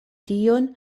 tion